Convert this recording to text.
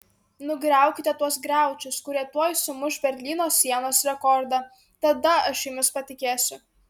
nugriaukite tuos griaučius kurie tuoj sumuš berlyno sienos rekordą tada aš jumis patikėsiu